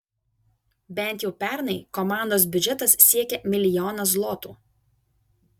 bent jau pernai komandos biudžetas siekė milijoną zlotų